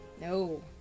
No